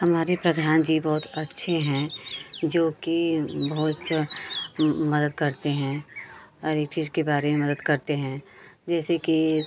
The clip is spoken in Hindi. हमारे प्रधान जी बहुत अच्छे हैं जो कि बहुत मदद करते हैं हर एक चीज़ के बारे में मदद करते हैं जैसे कि